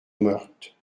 meurthe